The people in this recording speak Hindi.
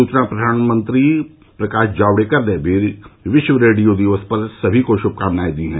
सुचना प्रसारण मंत्री प्रकाश जावडेकर ने भी विश्व रेडियो दिवस पर सभी को शभकामनाएं दी हैं